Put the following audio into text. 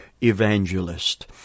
evangelist